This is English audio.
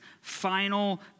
final